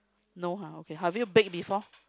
no ha okay have you baked before